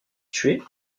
tués